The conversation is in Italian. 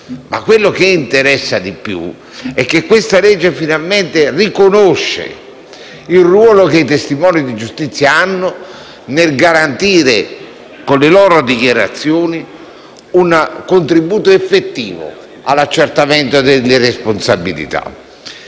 quello che interessa di più è che questo disegno di legge finalmente riconosce il ruolo che i testimoni di giustizia hanno nel garantire, con le loro dichiarazioni, un contributo effettivo all'accertamento delle responsabilità.